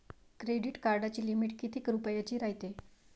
Credit कार्डाची limit कितीक रुपयाची रायते?